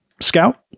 scout